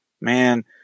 man